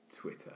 Twitter